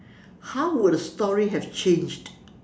how would the story have changed